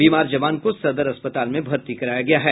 बीमार जवान को सदर अस्पताल में भर्ती कराया गया है